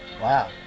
Wow